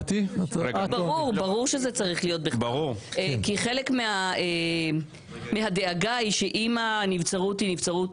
ברור שזה צריך להיות בכתב כי חלק מהדאגה היא שאם הנבצרות היא נבצרות